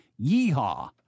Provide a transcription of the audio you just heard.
Yeehaw